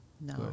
No